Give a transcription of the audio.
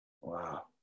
Wow